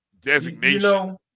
designation